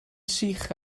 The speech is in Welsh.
sych